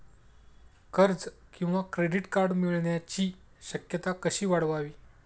कर्ज किंवा credit card मिळण्याची शक्यता कशी वाढवावी?